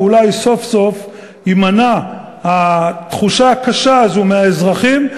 ואולי סוף-סוף תימנע התחושה הקשה הזאת מהאזרחים,